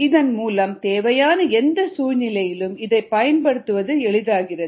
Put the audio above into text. இதன் மூலம் தேவையான எந்த சூழ்நிலையிலும் இதைப் பயன்படுத்துவது எளிதாகிறது